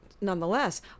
nonetheless